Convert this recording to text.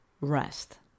rest